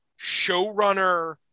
showrunner